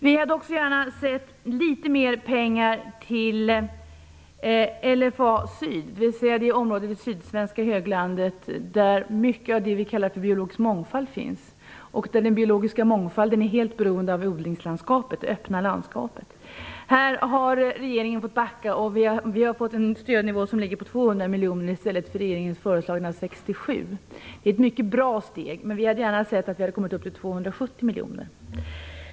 Vi hade också gärna sett litet mer pengar till LFA syd, dvs. det område i det sydsvenska höglandet där en stor del av det som vi kallar den biologiska mångfalden finns. Den biologiska mångfalden är helt beroende av odlingslandskapet, det öppna landskapet. Regeringen har fått backa, och vi har fått en stödnivå som ligger på 200 miljoner i stället för på regeringens föreslagna 67 miljoner. Det är ett mycket bra steg. Men vi hade gärna sett att vi hade kommit upp till 270 miljoner.